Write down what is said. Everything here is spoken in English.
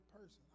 person